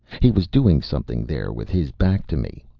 he was doing something there with his back to me.